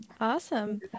Awesome